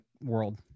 world